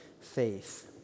faith